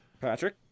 Patrick